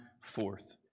forth